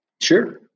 Sure